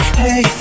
hey